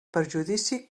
perjudici